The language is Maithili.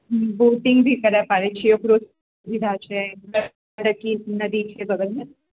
बोटिङ्ग भी करए पड़ै छिऐ ओकरो सुविधा छै गण्डक नदी छै बगलमे